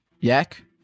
Yak